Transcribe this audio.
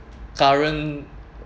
current